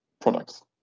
products